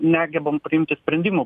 negebam priimti sprendimų